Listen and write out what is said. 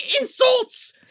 insults